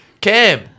Cam